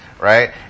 Right